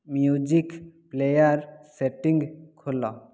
music player setting ଖୋଲ